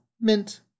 mint